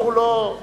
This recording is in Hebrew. הציבור לא,